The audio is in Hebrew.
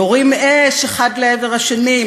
יורים אש אחד לעבר השני,